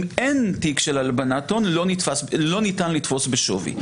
אם אין תיק של הלבנת הון, לא ניתן לתפוס בשווי.